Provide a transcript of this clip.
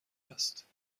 است